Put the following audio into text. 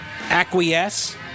acquiesce